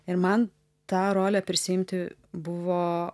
ir man tą rolę prisiimti buvo